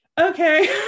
okay